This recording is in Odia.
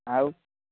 ଆଉ